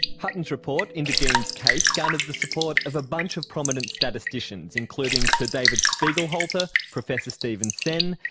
hutton's report into geen's case garnered the support of a bunch of prominent statisticians, including sir david spiegelhalter, professor stephen senn,